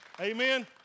Amen